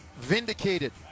vindicated